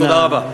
תודה רבה.